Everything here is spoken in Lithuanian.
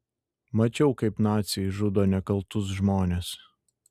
mačiau kaip naciai žudo nekaltus žmones